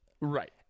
Right